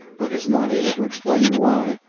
but is not able to explain why.